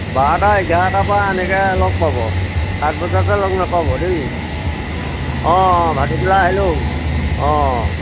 বাৰটা এঘাৰটা পা এনেকৈ লগ পাব সাত বজাতে লগ নাপাব দেই অঁ ভাটি বেলা আহিলেও হ'ব অঁ